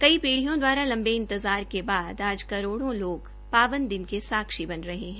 कई पीढियो द्वारा लबे इंतजार के बाद आज करोड़ लोग पावन दिन के साक्षी बन रहे है